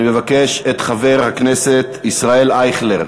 אני מבקש את חבר הכנסת ישראל אייכלר.